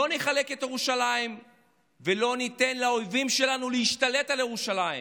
לא נחלק את ירושלים ולא ניתן לאויבים שלנו להשתלט על ירושלים.